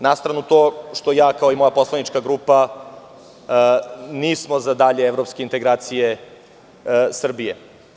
Na stranu to što ja, kao i moja poslanička grupa, nismo za dalje evropske integracije Srbije.